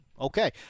okay